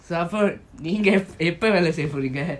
support நீங்க எப்போ வெல்ல செய்ய போறீங்க:neenga epo vella seiya poringa